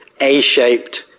A-shaped